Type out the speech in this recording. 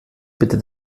bitte